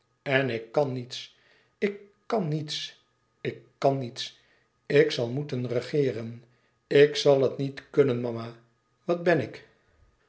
en ik kan niets ik kan niets ik kan niets ik zal moeten regeeren ik zal het niet kunnen mama wat ben ik